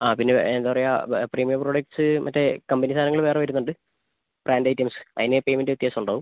ആ പിന്നെ എന്താണ് പറയുക പ്രീമിയം പ്രോഡക്റ്റ്സ് മറ്റേ കമ്പനി സാധനങ്ങൾ വരുന്നുണ്ട് ബ്രാൻഡ് ഐറ്റംസ് അതിന് പേയ്മെൻറ് വ്യത്യാസം ഉണ്ടാവും